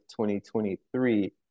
2023